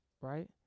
right